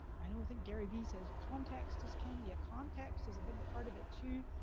i don't think gary v says, context is king. yeah, context is a big part of it, too,